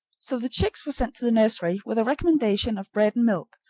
so the chicks were sent to the nursery, with a recommendation of bread and milk,